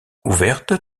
ouverte